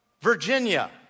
Virginia